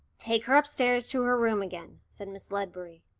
take her upstairs to her room again, said miss ledbury.